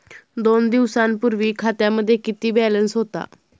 दोन दिवसांपूर्वी खात्यामध्ये किती बॅलन्स होता?